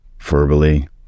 verbally